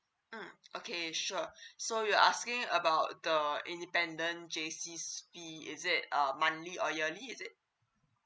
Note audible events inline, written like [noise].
um okay sure [breath] so you're asking about the independent J_C's fee is it uh monthly or yearly is it